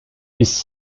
his